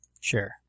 Sure